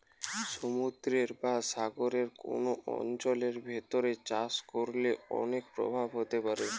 সমুদ্রের বা সাগরের কোন অঞ্চলের ভিতর চাষ করলে অনেক প্রভাব হতে পারে